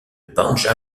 banja